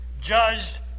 judged